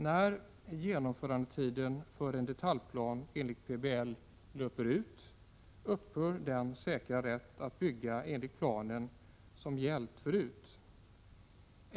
När genomförandetiden för en detaljplan enligt PBL löper ut upphör den säkra rätt att bygga enligt planen som tidigare gällt.